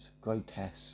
grotesque